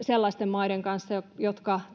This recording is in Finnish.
sellaisten maiden kanssa,